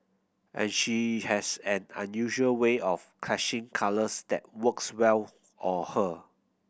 and she has an unusual way of clashing colours that works well on her